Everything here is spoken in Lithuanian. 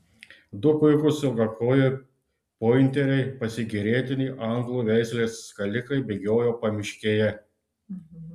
du puikūs ilgakojai pointeriai pasigėrėtini anglų veislės skalikai bėgiojo pamiškėje